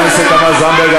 חברת הכנסת תמר זנדברג,